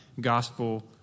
gospel